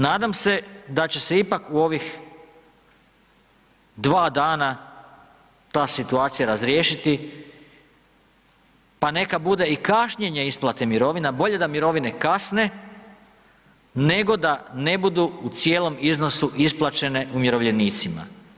Nadam se da će se ipak u ovih 2 dana ta situacija razriješiti, pa neka bude i kašnjenje isplate mirovina, bolje da mirovine kasne nego da ne budu u cijelom iznosu isplaćene umirovljenicima.